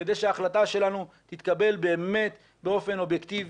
כדי שההחלטה שלנו תתקבל באמת באופן אובייקטיבי,